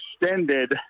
extended –